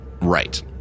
Right